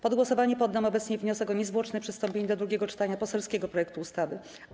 Pod głosowanie poddam obecnie wniosek o niezwłoczne przystąpienie do drugiego czytania poselskiego projektu ustawy.